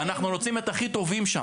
ואנחנו רוצים את הכי טובים שם.